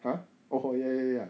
!huh! oh ya ya